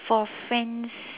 for friends